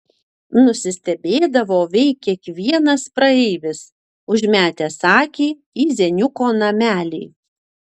nusistebėdavo veik kiekvienas praeivis užmetęs akį į zeniuko namelį